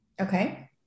Okay